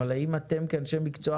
אבל האם אתם כאנשי מקצוע